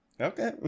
Okay